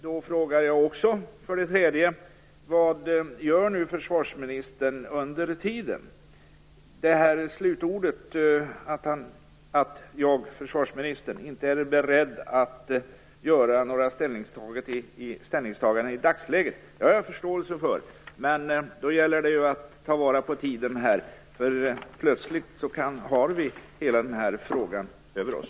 Då frågar jag: Vad gör försvarsministern under tiden? Att försvarsministern inte är beredd att göra några ställningstaganden i dagsläget har jag förståelse för. Men då gäller det att ta vara på tiden, för plötsligt har vi hela skjutfältsfrågan över oss.